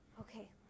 Okay